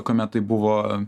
kuomet tai buvo